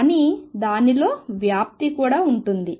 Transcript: కానీ దానిలో వ్యాప్తి కూడా ఉంది